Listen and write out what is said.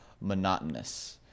monotonous